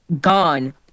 Gone